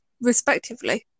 respectively